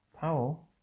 Powell